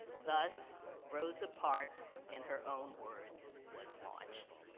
thus, rosa parks, in her own words, was launched.